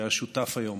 שהיה שותף היום